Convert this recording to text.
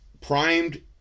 primed